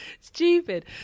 stupid